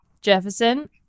Jefferson